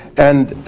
and